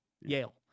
Yale